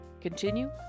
continue